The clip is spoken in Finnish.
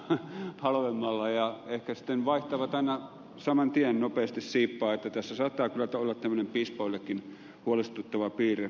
nyt halvemmalla ja eettisten vaikuttavat aina saman tien nopeasti siippa että se saattaa tulla kymmenen piispa olekin huolestuttava piirre